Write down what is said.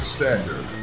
Standard